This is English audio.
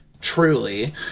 truly